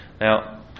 Now